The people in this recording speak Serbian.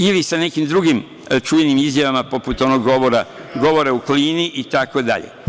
Ili sa nekim drugim čuvenim izjavama, poput onog govora u Klini, itd.